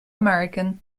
american